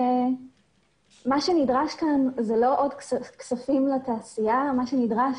מה שנדרש כאן זה לא עוד כספים לתעשייה; מה שנדרש